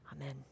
Amen